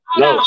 no